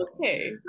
okay